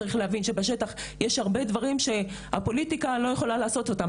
צריך להבין שבשטח יש הרבה דברים שהפוליטיקה לא יכולה לעשות אותם,